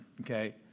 okay